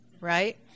right